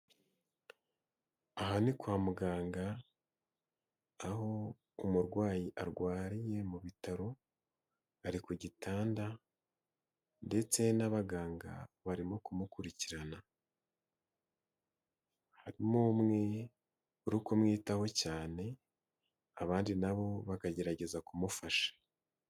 Aha ni kwa muganga aho umurwayi arwariye mu bitaro ,ari ku gitanda ndetse n'abaganga barimo kumukurikirana. Harimo umwe uri kumwitaho cyane abandi nabo bakagerageza kumufasha.